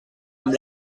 amb